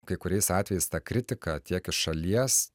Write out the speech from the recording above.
kai kuriais atvejais ta kritika tiek iš šalies